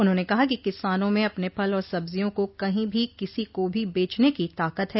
उन्होंने कहा कि किसानों में अपने फल और सब्जियों को कहीं भी किसी को भी बेचने की ताकत है